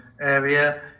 area